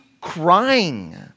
crying